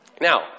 Now